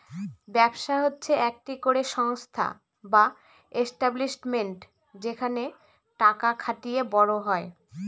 ব্যবসা হচ্ছে একটি করে সংস্থা বা এস্টাব্লিশমেন্ট যেখানে টাকা খাটিয়ে বড় হয়